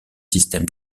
système